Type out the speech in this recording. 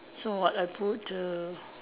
so what I put a